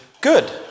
Good